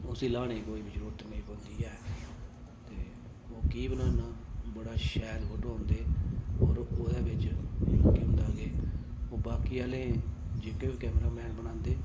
उसी ल्हाने दी कोई बी जरूरत नेईं पौंदी ऐ ते बाकी एह् बनाना बड़ा शैल फोटू औंदे और ओह्दै बिच केह् होंदा केह् बाकी आह्ले जेह्के बी कैमरा मैन बनांदे